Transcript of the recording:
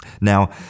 Now